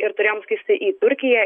ir turėjom skristi į turkiją